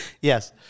Yes